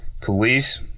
police